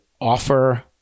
offer